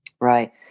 Right